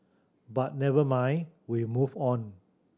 but never mind we move on